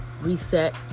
reset